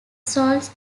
soils